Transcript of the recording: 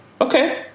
Okay